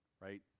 Right